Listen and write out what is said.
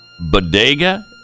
bodega